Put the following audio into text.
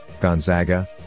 Gonzaga